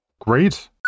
great